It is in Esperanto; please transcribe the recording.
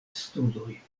studoj